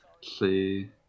see